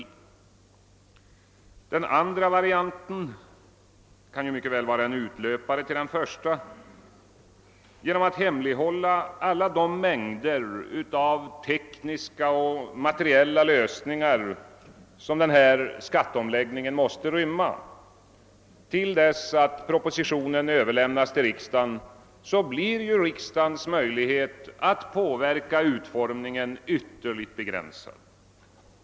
Det andra skälet kan mycket väl vara en utlöpare till det första. Genom hemlighållandet av alla de mängder av tekniska och materiella lösningar, som denna skatteomläggning måste rymma, till dess att propositionen överlämnas till riksdagen blir riksdagens möjlighet att påverka utformningen ytterligt begränsad.